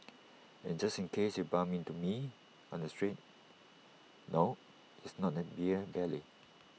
in just case you bump into me on the streets no it's not A beer belly